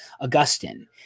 Augustine